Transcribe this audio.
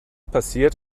passiert